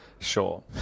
Sure